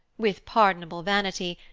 with pardonable vanity,